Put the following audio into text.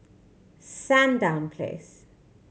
Sandown Place